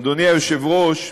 אדוני היושב-ראש,